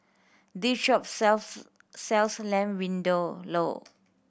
this shop sells sells Lamb Vindaloo